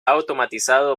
automatizado